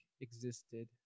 existed